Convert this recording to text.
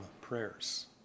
prayers